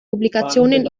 publikationen